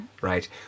right